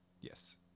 Yes